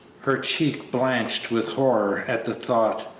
her cheek blanched with horror at the thought.